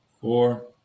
four